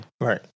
Right